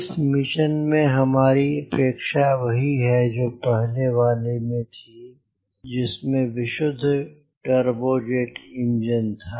इस मिशन में हमारी अपेक्षा वही है जो पहले वाले में थी जिसमें विशुद्ध टर्बोजेट इंजन था